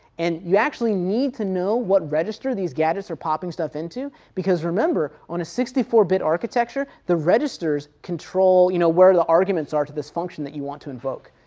and you actually need to know what register these gadgets are popping stuff into, because remember, on a sixty four bit architecture, the registers control you know where the arguments are to this function that you want to invoke,